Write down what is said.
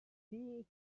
see